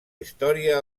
història